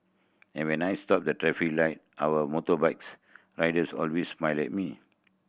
and when I stopped the traffic light our motorbikes riders always smile at me